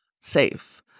safe